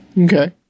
okay